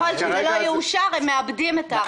ככל שזה לא יאושר הם מאבדים את הסכום הזה.